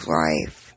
life